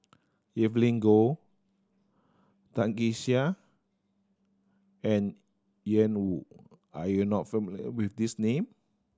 Evelyn Goh Tan Kee Sek and Ian Woo are you not familiar with these name